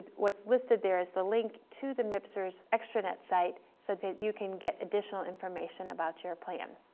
what's listed there is the link to the mpsers extranet site so that you can get additional information about your plan.